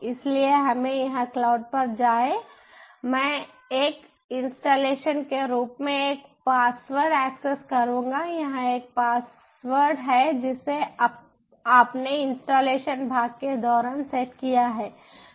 इसलिए हमें यहां क्लाउड पर जाएं मैं एक इन्स्टलेशन के रूप में एक पासवर्ड एक्सेस करूंगा यह एक पासवर्ड है जिसे आपने इंस्टॉलेशन भाग के दौरान सेट किया है